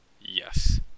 Yes